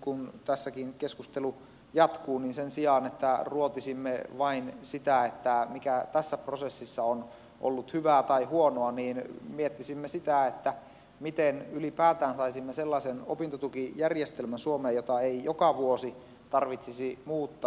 kun tässäkin varmasti keskustelu jatkuu niin sen sijaan että ruotisimme vain sitä mikä tässä prosessissa on ollut hyvää tai huonoa miettisimme sitä miten ylipäätään saisimme suomeen sellaisen opintotukijärjestelmän jota ei joka vuosi tarvitsisi muuttaa